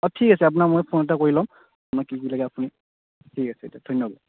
অঁ ঠিক আছে আপোনাক মই ফোন এটা কৰি ল'ম আপোনাক কি কি লাগে আপুনি ঠিক আছে এতিয়া ধন্যবাদ